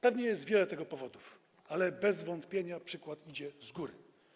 Pewnie jest wiele tego powodów, ale bez wątpienia przykład idzie z góry.